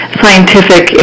scientific